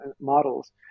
models